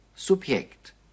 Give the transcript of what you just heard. Subjekt